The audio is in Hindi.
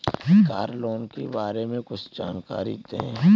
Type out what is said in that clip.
कार लोन के बारे में कुछ जानकारी दें?